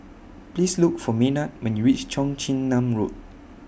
Please Look For Maynard when YOU REACH Cheong Chin Nam Road